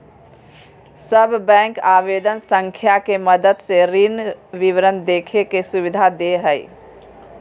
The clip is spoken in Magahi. सब बैंक आवेदन संख्या के मदद से ऋण विवरण देखे के सुविधा दे हइ